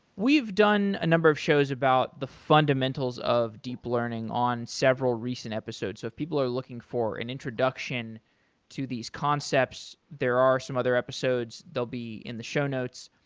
we've done a number of shows about the fundamentals of deep learning on several recent episodes, so if people are looking for an introduction to these concepts, there are some other episodes. they'll be in the show notes.